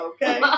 Okay